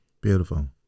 beautiful